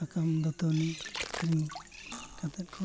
ᱥᱟᱠᱟᱢ ᱫᱟᱹᱛᱟᱹᱱᱤ ᱟᱹᱠᱷᱨᱤᱧ ᱠᱟᱛᱮᱫ ᱠᱚ